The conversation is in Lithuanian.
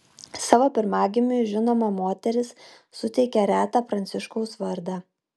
savo pirmagimiui žinoma moteris suteikė retą pranciškaus vardą